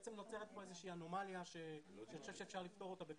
בעצם נוצרת כאן איזושהי אנומליה שאני חושב שבקלות אפשר לפתור אותה.